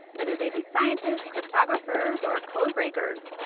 whether they be scientists, cryptographers, or codebreakers.